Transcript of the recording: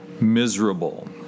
miserable